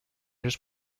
just